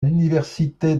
l’université